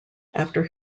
after